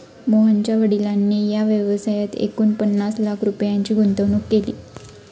मोहनच्या वडिलांनी या व्यवसायात एकूण पन्नास लाख रुपयांची गुंतवणूक केली